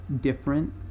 different